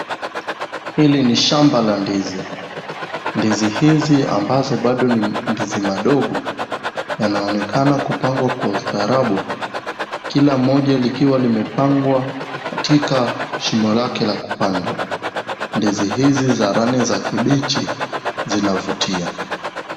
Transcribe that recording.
Hili ni shamba la ndizi . Ndizi hizi ambazo bado ni ndizi madogo yanaonekana kupangwa kwa ustaarabu Kila moja likiwa limepangwa katika shimo lake la kupandwa. Ndizi hizi za rangi ya kibichi zinavutia.